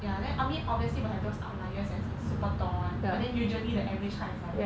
ya then I mean obviously will have those outliers and super tall [one] then usually the average heights is like